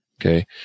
Okay